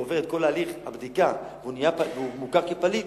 ועובר את כל הליך הבדיקה והוא מוכר כפליט,